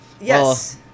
yes